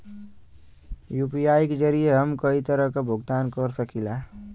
UPI के जरिये हम कई तरे क भुगतान कर सकीला